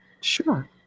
Sure